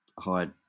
hide